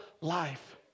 life